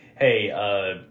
hey